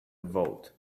vote